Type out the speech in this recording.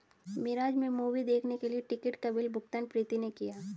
मिराज में मूवी देखने के लिए टिकट का बिल भुगतान प्रीति ने किया